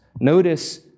Notice